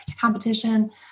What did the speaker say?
competition